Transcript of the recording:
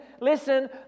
listen